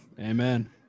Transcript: Amen